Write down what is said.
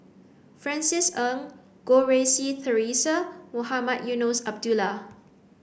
Francis Ng Goh Rui Si Theresa and Mohamed Eunos Abdullah